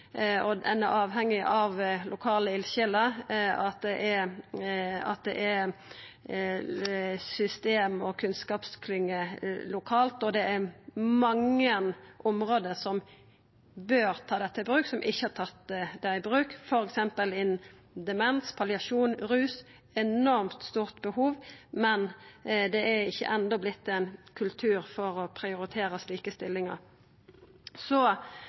geografi. Ein er avhengig av lokale eldsjeler, at det er system og kunnskapsklynger lokalt, og det er mange område som bør ta dette i bruk, som ikkje har tatt det i bruk, f.eks. innan demens, palliasjon og rus. Der er det eit enormt stort behov, men det har ikkje enno vorte ein kultur for å prioritera slike stillingar.